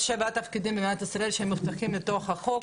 יש שבעה תפקידים במדינת ישראל שהם מאובטחים מתוך החוק,